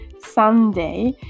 Sunday